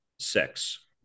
Six